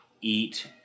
eat